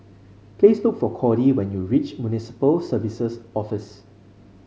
please look for Cordie when you reach Municipal Services Office